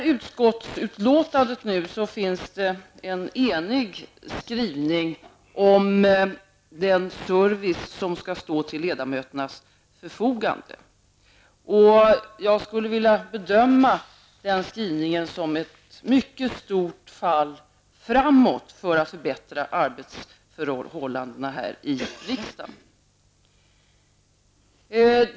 I utskottsutlåtandet finns en enig skrivning om den service som skall stå till ledamöternas förfogande. Jag vill bedöma den skrivningen som ett mycket stort steg framåt för att förbättra arbetsförhållandena här i riksdagen.